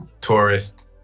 tourist